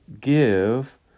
give